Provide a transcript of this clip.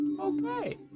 Okay